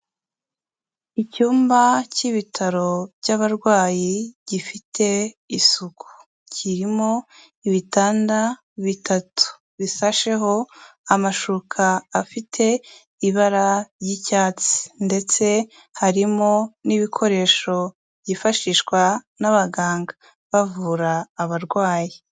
Icyumba cy'ibitaro by'abarwayi gifite isuku, kirimo ibitanda bitatu bisasheho amashuka afite ibara ry'icyatsi ndetse harimo n'ibikoresho byifashishwa n'abaganga bavura abarwayi.